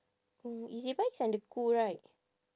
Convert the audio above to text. ezbuy is under right